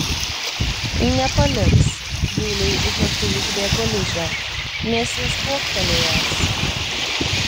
nepaliks dūliui už akių užbėgo ližė nes jis kuoktelėjęs